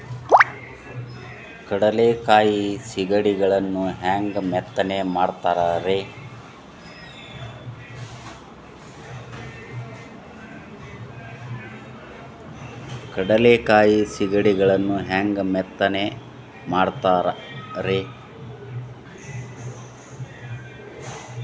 ಕಡಲೆಕಾಯಿ ಸಿಗಡಿಗಳನ್ನು ಹ್ಯಾಂಗ ಮೆತ್ತನೆ ಮಾಡ್ತಾರ ರೇ?